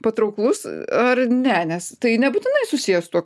patrauklus ar ne nes tai nebūtinai susiję su tuo